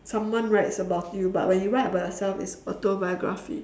someone writes about you but when you write about yourself it's autobiography